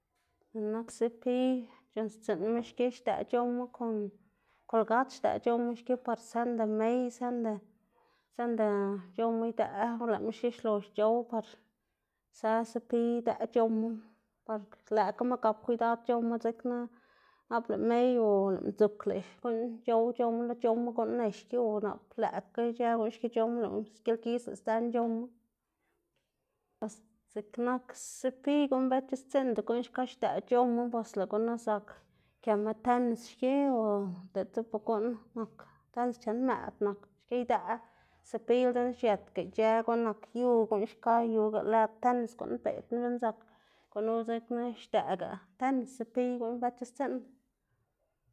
ziꞌk nak sepiy c̲h̲uꞌnnstsiꞌnma xki xdëꞌ c̲h̲owma kon kolgat xdëꞌ c̲h̲owma xki par sënda mey sënda sënda c̲h̲owma idëꞌ or lëꞌ xki xlox c̲h̲ow par së sepiy idëꞌ c̲h̲owma par lëꞌkgama gap kwidad c̲h̲owma dzekna nap lëꞌ mey o lëꞌ mdzuk lëꞌ xkuꞌn c̲h̲ow c̲h̲owma lo c̲h̲owma guꞌn nex xki o nap lëꞌkga ic̲h̲ë guꞌn xki c̲h̲owma lëꞌ gilgidz lëꞌ sdzën c̲h̲owma, bos ziꞌk nak sepiy guꞌn bëtc̲h̲astsiꞌnda guꞌn xka xdëꞌ c̲h̲owma bos lëꞌ gunu zak këma tenis xki o diltsa bo guꞌn nak tenis chen mëꞌd nak xki idëꞌ sepiyla dzekna xiëtga ic̲h̲ë guꞌn nak yu xka yuga lëd tenis guꞌn beꞌd knu, dzekna gunu dzekna xdëꞌga tenis sepiy guꞌn bëtc̲h̲astsiꞌnda.